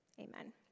Amen